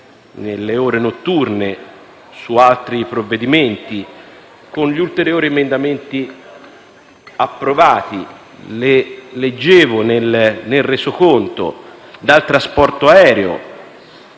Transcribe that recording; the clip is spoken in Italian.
nelle ore notturne su altri provvedimenti, con gli ulteriori emendamenti approvati. Come leggevo nel Resoconto, sul trasporto aereo